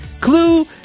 clue